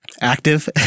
active